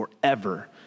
forever